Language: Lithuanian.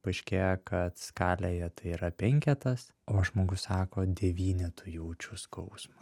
paaiškėja kad skalėje tai yra penketas o žmogus sako devynetu jaučiu skausmą